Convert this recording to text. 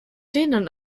denen